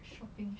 shopping